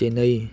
ꯆꯦꯅꯩ